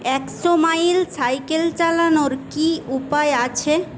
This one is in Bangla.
একশো মাইল সাইকেল চালানোর কী উপায় আছে